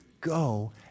go